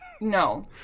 No